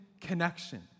connection